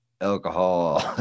alcohol